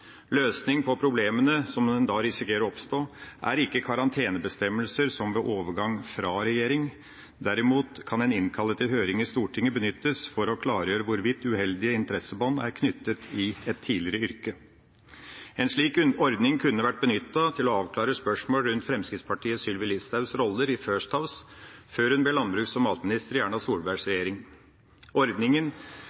Løsning på problemene som da risikerer å oppstå, er ikke karantenebestemmelser, som ved overgang fra regjering. Derimot kan en innkalling til høring i Stortinget benyttes for å klargjøre hvorvidt uheldige interessebånd er knyttet i et tidligere yrke. En slik ordning kunne vært benyttet til å avklare spørsmål rundt Fremskrittspartiets Sylvi Listhaugs roller i First House før hun ble landbruks- og matminister i Erna Solbergs regjering.